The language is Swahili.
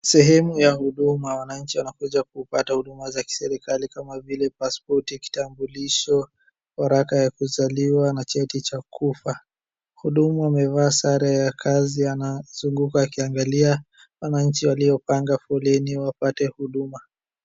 Sehemu ya huduma. Wananchi wanakuja kupata huduma za kiserikali kama vile pasipoti, kitambulisho, waraka ya kuzaliwa na cheti cha kufa. Mhudumu amevaa sare ya kazi anazunguka akiangalia wananchi waliopanga foleni wapate huduma.